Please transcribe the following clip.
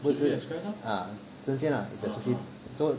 真鲜 lah it's a sushi so